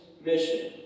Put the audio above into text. mission